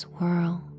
World